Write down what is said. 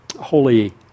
holy